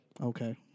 Okay